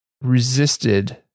resisted